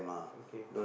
okay